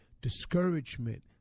discouragement